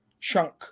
chunk